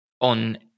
on